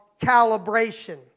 calibration